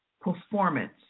Performance